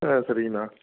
ஆ சரிங்கண்ணா